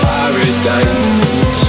Paradise